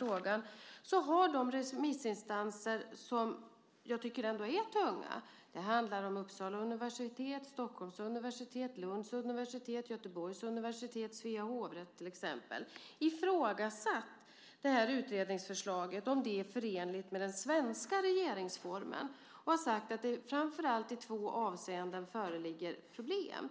frågan så har de remissinstanser som jag tycker är tunga - det handlar om Uppsala universitet, Stockholms universitet, Lunds universitet, Göteborgs universitet och Svea hovrätt till exempel - ifrågasatt utredningsförslaget och om det är förenligt med den svenska regeringsformen. De har sagt att det framför allt i två avseenden föreligger problem.